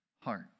heart